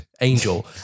angel